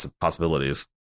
possibilities